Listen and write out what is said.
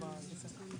הכספים.